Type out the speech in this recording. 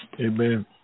Amen